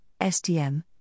STM